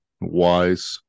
wise